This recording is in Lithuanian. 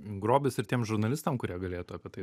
grobis ir tiem žurnalistam kurie galėtų apie tai